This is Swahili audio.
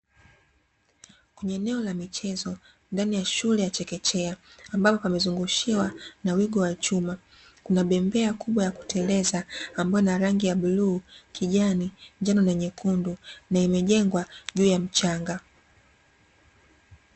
Kwenye eneo la michezo ndani ya shule ya chekechea ambapo pamezungushiwa na wigo wa chuma, kuna bembea kubwa ya kuteleza ambayo ina rangi ya bluu, kijani, njano na nyekundu na imejengwa juu ya mchanga.